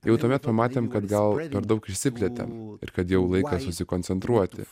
jau tuomet pamatėm kad gal per daug išsiplėtėm ir kad jau laikas susikoncentruoti